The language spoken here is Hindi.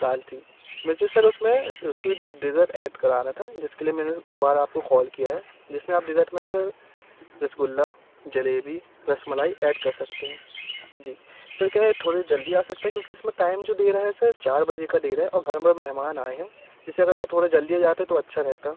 दाल थी मुझे सर उसमे स्वीट डिज़र्ट ऐड कराना था जिसके लिए मैंने दोबारा आपको कॉल किया है जिसमे आप डिज़र्ट में सर रसगुल्ला जलेबी रसमालाई ऐड कर सकते हैं जी सर क्या है थोड़े जल्दी आ सकता है क्योंकि इसमें टाइम जो दे रहा है सर चार बजे का दे रहा है और घर पर मेहमान आए हैं जिससे अगर यह थोड़ा जल्दी हो जाता तो अच्छा रहता